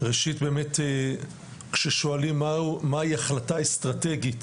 ראשית באמת כששואלים מהי החלטה אסטרטגית